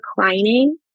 declining